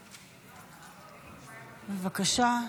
בבקשה.